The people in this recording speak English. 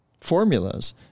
formulas